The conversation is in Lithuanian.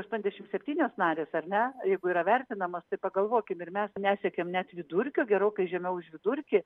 aštuoniasdešim septynios narės ar ne jeigu yra vertinamos tai pagalvokim ir mes nesiekiam net vidurkio gerokai žemiau už vidurkį